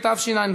התשע"ו